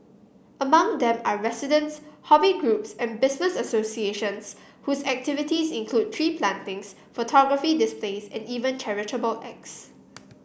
among them are residents hobby groups and business associations whose activities include tree plantings photography displays and even charitable acts